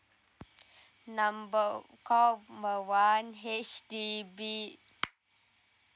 number call number one H_D_B